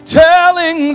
telling